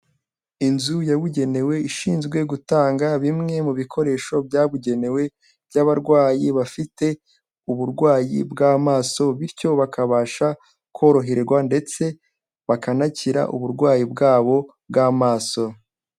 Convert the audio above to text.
Inzu yabugenewe ishinzwe gutanga bimwe mu bikoresho byabugenewe, by'abarwayi bafite uburwayi bw'amaso bityo bakabasha koroherwa ndetse bakanakira uburwayi bwabo bw'amaso.